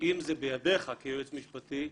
אם זה בידיך כיועץ משפטי,